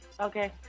Okay